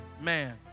man